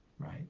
right